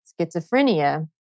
schizophrenia